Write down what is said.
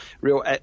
real